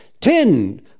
Ten